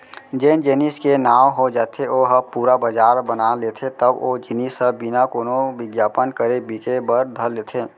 जेन जेनिस के नांव हो जाथे ओ ह पुरा बजार बना लेथे तब ओ जिनिस ह बिना कोनो बिग्यापन करे बिके बर धर लेथे